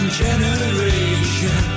generation